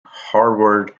harvard